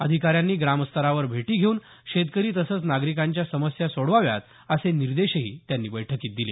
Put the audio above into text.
अधिकाऱ्यांनी ग्रामस्तरावर भेटी घेऊन शेतकरी तसंच नागरिकांच्या समस्या सोडवाव्यात असे निर्देशही त्यांनी बैठकीत दिले